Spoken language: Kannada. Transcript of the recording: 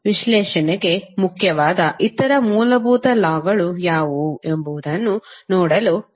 ವಿಶ್ಲೇಷಣೆಗೆ ಮುಖ್ಯವಾದ ಇತರ ಮೂಲಭೂತ ಲಾ ಗಳು ಯಾವುವು ಎಂಬುದನ್ನು ನೋಡಲು ಪ್ರಯತ್ನಿಸುತ್ತೇವೆ